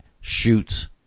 shoots